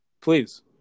please